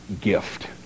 gift